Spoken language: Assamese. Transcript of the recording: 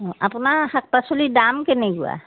অঁ আপোনাৰ শাক পাচলিৰ দাম কেনেকুৱা